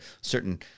certain